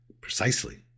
precisely